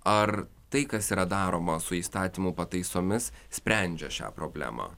ar tai kas yra daroma su įstatymų pataisomis sprendžia šią problemą